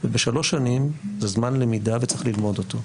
ושלוש שנים זה זמן למידה וצריך ללמוד אותו.